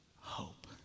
Hope